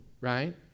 right